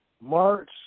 March